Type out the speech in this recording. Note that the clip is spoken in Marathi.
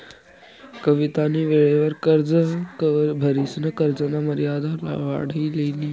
कवितानी वेळवर कर्ज भरिसन कर्जना मर्यादा वाढाई लिनी